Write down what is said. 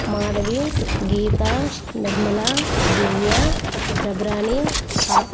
మాధవి గీతా నిర్మలా దివ్యా ప్రభురాణీ పా